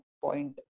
point